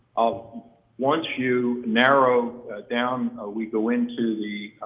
um once you narrow down, we go into the,